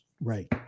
Right